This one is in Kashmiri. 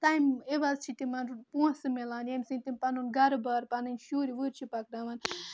تَمہِ عِوَز چھِ تِمن پونٛسہٕ مِلان ییٚمہِ سۭتۍ تِم پَنُن گرٕبار پَنٕنۍ شُرۍ وُرۍ چھِ پَکناوان